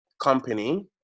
company